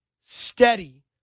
steady